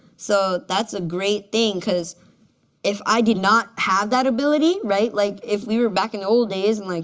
so that's a great thing. because if i did not have that ability, right, like, if we were back in the old days and like